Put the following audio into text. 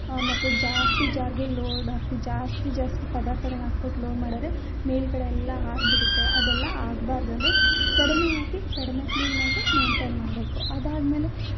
ಮತ್ತೆ ಜಾಸ್ತಿ ಜಾರ್ಗೆ ಲೋಡ್ ಹಾಕಿ ಜಾಸ್ತಿ ಜಾಸ್ತಿ ಪದಾರ್ಥಗಳನ್ನ ಹಾಕ್ಬಿಟ್ಟು ಲೋಡ್ ಮಾಡಿದ್ರೆ ಮೇಲುಗಡೆ ಎಲ್ಲ ಹಾರಿಬಿಡುತ್ತೆ ಅದೆಲ್ಲ ಆಗ್ಬಾರ್ದು ಅಂದರೆ ಕಡಿಮೆ ಹಾಕಿ ಕಡಿಮೆ ಕ್ಲೀನಾಗೆ ಮೈಂಟೇನ್ ಮಾಡಬೇಕು ಅದಾದ್ಮೇಲೆ